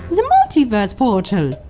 the multi-verse portal!